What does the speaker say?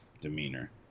demeanor